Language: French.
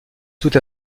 toute